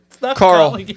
Carl